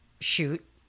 shoot